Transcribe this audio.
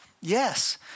Yes